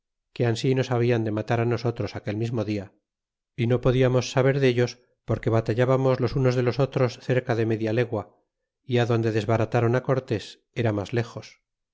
que ansi nos habian de matar á nosotros aquel mismo dia y no podíamos saber dellos porque batallábamos los unos de los otros cerca de media legua y adonde desbarataron á cortés era mas lejos